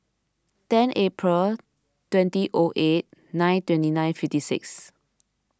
ten April twenty O eight nine twenty nine fifty six